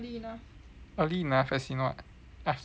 early enough as in what afternoon